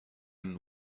and